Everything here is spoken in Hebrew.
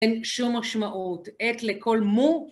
אין שום משמעות, עת לכל מו.